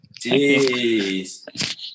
Jeez